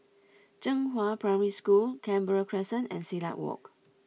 Zhenghua Primary School Canberra Crescent and Silat Walk